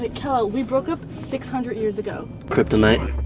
but kal-el, we broke up six hundred years ago. kryptonite.